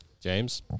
James